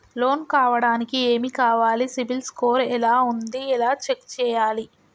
Loan కావడానికి ఏమి కావాలి సిబిల్ స్కోర్ ఎలా ఉంది ఎలా చెక్ చేయాలి?